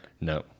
No